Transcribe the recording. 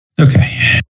okay